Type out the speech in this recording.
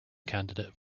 candidate